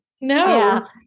No